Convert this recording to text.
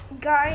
Go